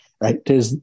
right